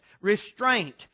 restraint